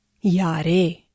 Yare